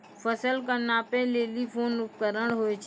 फसल कऽ नापै लेली कोन उपकरण होय छै?